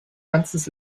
ganzes